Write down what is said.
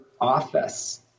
office